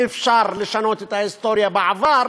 אי-אפשר לשנות את ההיסטוריה, את העבר,